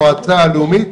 המועצה הלאומית,